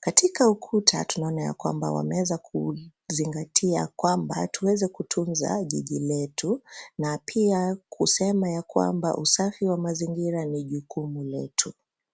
Katika ukuta tunaona ya kwamba wameweza kuzingatia kwamba tuweze kutunza jiji letu. Na pia kusema ya kwamba usafi wa mazingira ni jukumu letu.